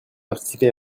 participer